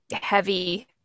heavy